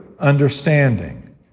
understanding